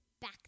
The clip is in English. back